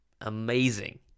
amazing